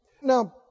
Now